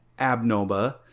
Abnoba